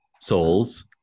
souls